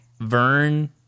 Vern